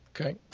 Okay